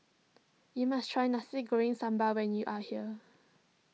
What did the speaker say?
you must try Nasi Goreng Sambal when you are here